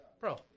bro